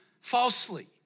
falsely